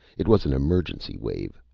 it was an emergency-wave,